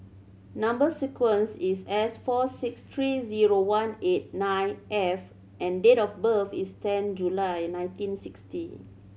number sequence is S four six three zero one eight nine F and date of birth is ten July nineteen sixty